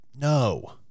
No